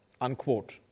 unquote